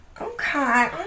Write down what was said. Okay